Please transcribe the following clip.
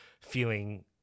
feeling